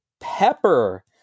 pepper